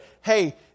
hey